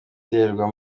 iterwa